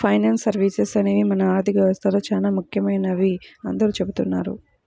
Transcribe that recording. finance services అనేవి మన ఆర్థిక వ్యవస్థలో చానా ముఖ్యమైనవని అందరూ చెబుతున్నారు